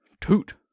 toot